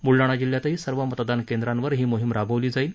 बुलडाणा जिल्ह्यातही सर्व मतदान केंद्रावर ही मोहिम राबवली जाईल